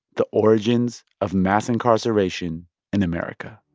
the origins of mass incarceration in america